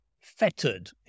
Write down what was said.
fettered